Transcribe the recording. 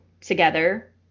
together